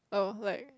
oh like